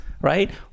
right